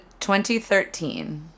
2013